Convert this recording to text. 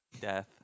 Death